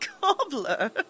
Cobbler